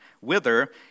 whither